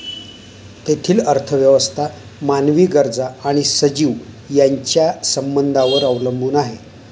तेथील अर्थव्यवस्था मानवी गरजा आणि सजीव यांच्या संबंधांवर अवलंबून आहे